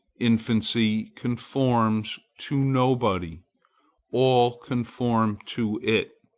infancy conforms to nobody all conform to it